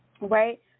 right